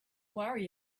worry